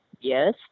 yes